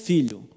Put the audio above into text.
Filho